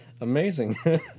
Amazing